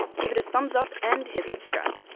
give it a thumbs up and hit subscribe!